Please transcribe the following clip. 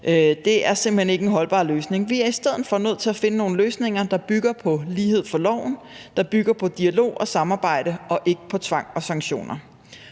hen ikke en holdbar løsning. Vi er i stedet for nødt til at finde nogle løsninger, der bygger på lighed for loven; der bygger på dialog og samarbejde – og ikke på tvang og sanktioner.